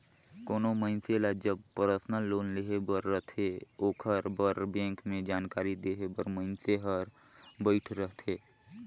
कोनो मइनसे ल जब परसनल लोन लेहे बर रहथे ओकर बर बेंक में जानकारी देहे बर मइनसे हर बइठे रहथे